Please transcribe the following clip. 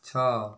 ଛଅ